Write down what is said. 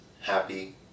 happy